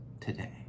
today